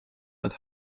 out